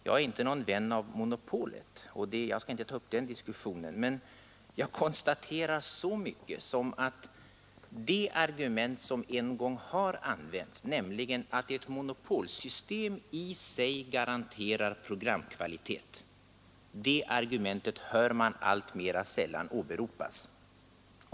Jag är inte någon vän av monopolet — jag skall dock inte nu ta upp någon diskussion om den saken — och jag konstaterar att det argument som en gång har använts, att ett monopolsystem i sig garanterar programkvalitet, alltmera sällan åberopas.